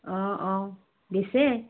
অঁ অঁ দিছে